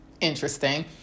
interesting